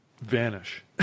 vanish